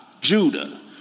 Judah